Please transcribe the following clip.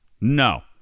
no